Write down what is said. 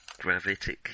gravitic